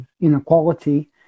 inequality